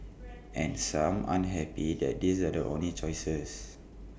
and some aren't happy that these are the only choices